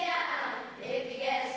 yeah yeah